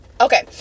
Okay